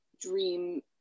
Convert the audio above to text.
Dream